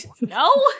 No